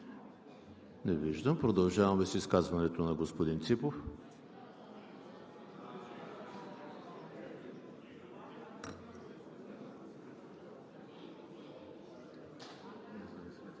Не виждам. Продължаваме с изказването на господин Ципов.